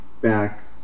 back